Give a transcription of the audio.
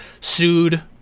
sued